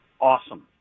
awesome